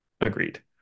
Agreed